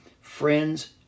friends